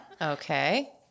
Okay